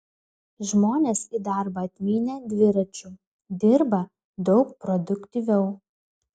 žmonės į darbą atmynę dviračiu dirba daug produktyviau